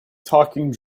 talking